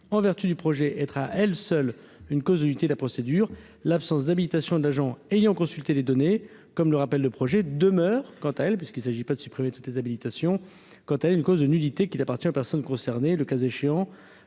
en vertu du projet, être à elle seule une cause de unité de la procédure, l'absence d'habilitation d'agent ayant consulté les données, comme le rappelle le projet demeure quant à elle, puisqu'il s'agit pas de supprimer toutes les habilitations quant à une cause de nullité qu'il appartient à personne concernée, le cas échéant